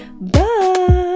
bye